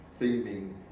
Theming